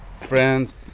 friends